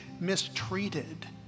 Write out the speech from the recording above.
mistreated